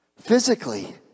Physically